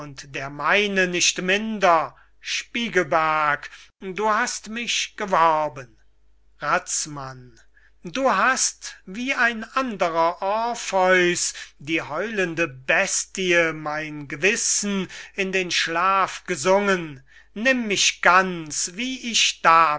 der meine nicht minder spiegelberg du hast mich geworben razmann du hast wie ein anderer orpheus die heulende bestie mein gewissen in den schlaf gesungen nimm mich ganz wie ich da